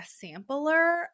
sampler